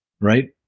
right